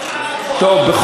אנחנו שומרים על הכוח.